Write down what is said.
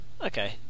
Okay